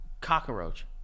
cockroach